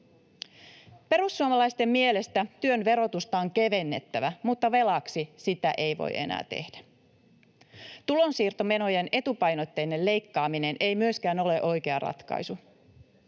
Perussuomalaisten mielestä työn verotusta on kevennettävä, mutta velaksi sitä ei voi enää tehdä. Tulonsiirtomenojen etupainotteinen leikkaaminen ei myöskään ole oikea ratkaisu.